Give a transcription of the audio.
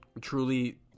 truly